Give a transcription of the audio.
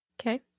Okay